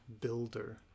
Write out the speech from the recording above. builder